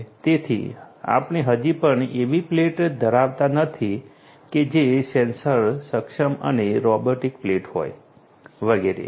તેથી આપણે હજી પણ એવી પ્લેટ ધરાવતા નથી કે જે સેન્સર સક્ષમ અને રોબોટિક પ્લેટ હોય વગેરે